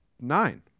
Nine